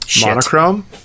monochrome